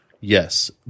Yes